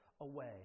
away